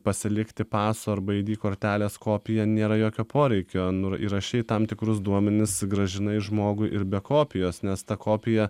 pasilikti paso arba id kortelės kopiją nėra jokio poreikio nu įrašei tam tikrus duomenis grąžinai žmogui ir be kopijos nes ta kopija